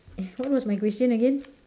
what was my question again